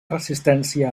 resistència